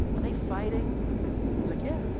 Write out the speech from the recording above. are they fighting? i was like yeah